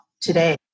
today